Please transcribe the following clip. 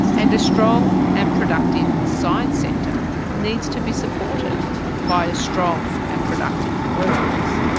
and a strong and productive science sector needs to be supported by a strong and productive workforce.